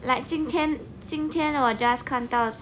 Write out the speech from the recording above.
like 今天今天我 just 看到